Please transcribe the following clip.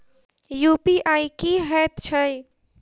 UPI की हएत छई?